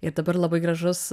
ir dabar labai gražus